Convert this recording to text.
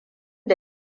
da